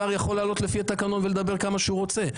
שר יכול לעלות לפי התקנון ולדבר כמה שהוא רוצה,